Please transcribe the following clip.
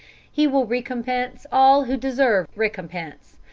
he will recompense all who deserve recompense,